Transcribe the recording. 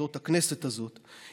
זאת הכנסת הזאת,